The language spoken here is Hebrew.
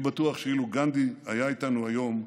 אני בטוח שאילו גנדי היה איתנו היום,